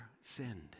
sinned